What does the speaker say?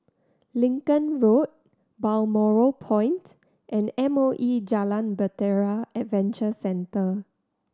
Lincoln Road Balmoral Point and M O E Jalan Bahtera Adventure Centre